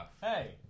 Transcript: hey